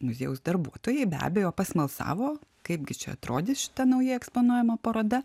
muziejaus darbuotojai be abejo pasmalsavo kaipgi čia atrodys šita naujai eksponuojama paroda